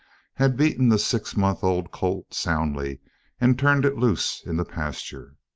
had beaten the six months' old colt soundly and turned it loose in the pasture.